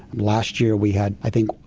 last year we had, i think,